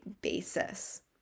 basis